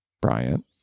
Bryant